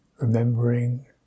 Remembering